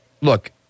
Look